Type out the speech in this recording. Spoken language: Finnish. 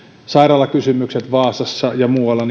sairaalakysymykset vaasassa ja muualla